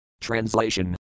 Translation